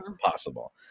possible